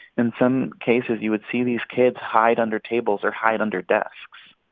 in some cases, you would see these kids hide under tables or hide under desks